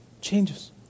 changes